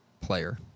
player